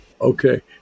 Okay